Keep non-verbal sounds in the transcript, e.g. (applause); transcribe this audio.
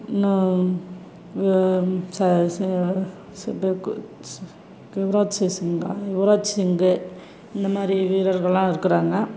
இன்னும் ச ச (unintelligible) யுவராஜ் சிங்கா யுவராஜ் சிங் இந்த மாதிரி வீரர்கள்லாம் இருக்கிறாங்க